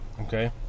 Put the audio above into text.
okay